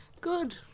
Good